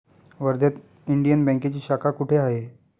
वर्ध्यात इंडियन बँकेची शाखा कुठे आहे?